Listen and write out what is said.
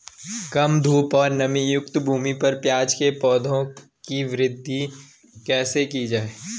कम धूप और नमीयुक्त भूमि पर प्याज़ के पौधों की वृद्धि कैसे की जाए?